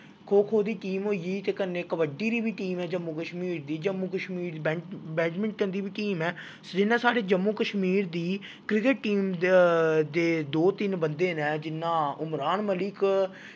खो खो दी टीम होई गेई ते कन्नै कबड्डी दी बी टीम ऐ जम्मू कश्मीर दी जम्मू कश्मीर बैडमिंटन दी बी टीम ऐ जि'यां साढ़े जम्मू कश्मीर दी क्रिकेट टीम दे दो तिन्न बंदे न जि'यां उमरान मलिक